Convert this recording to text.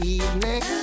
evening